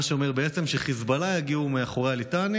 מה שאומר בעצם שחיזבאללה יגיעו אל מאחורי הליטני,